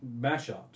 mashups